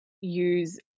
use